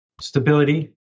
stability